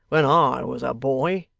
when i was a boy